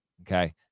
Okay